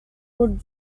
would